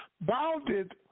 bounded